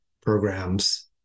programs